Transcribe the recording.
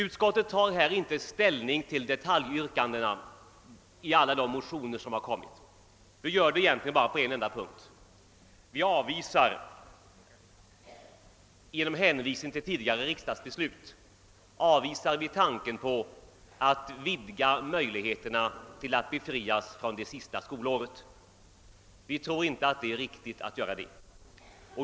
Utskottet tar inte ställning till detaljyrkandena i alla de motioner som avgivits i ärendet; vi gör det egentligen bara på en enda punkt. Vi avvisar, genom hänvisning till tidigare riksdagsbeslut, tanken att vidga möjligheterna till befrielse från det sista skolåret. Vi tror inte det är riktigt att vidga dessa möjligheter.